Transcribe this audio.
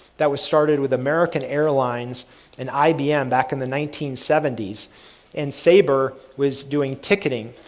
that was started with american airlines and ibm back in the nineteen seventy s. and sabre was doing ticketing,